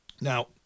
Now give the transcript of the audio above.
Now